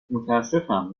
متاسفم